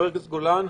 חבר הכנסת גולן.